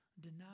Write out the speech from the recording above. deny